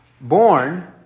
born